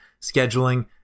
scheduling